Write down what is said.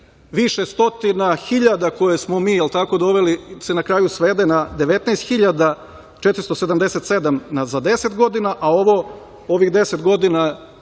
više stotina hiljada koje smo mi dovelo se na kraju svede na 19.477 za deset godina, a ovih deset godina